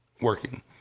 working